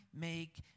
make